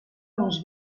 uns